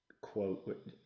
quote